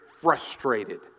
frustrated